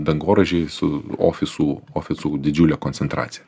dangoraižiai su ofisų ofisų didžiule koncentracija